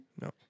No